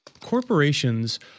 corporations